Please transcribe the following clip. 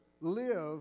live